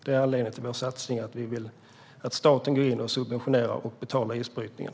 Det är anledningen till vår satsning - vi vill att staten går in och subventionerar och betalar isbrytningen.